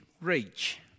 reach